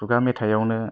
खुगा मेथाइ आवनो